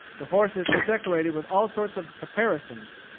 the horses were decorated with all sorts of caparisons,